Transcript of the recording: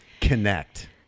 connect